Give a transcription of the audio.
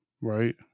right